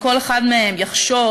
אם כל אחד מהם יחשוב,